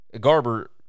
Garber